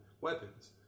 weapons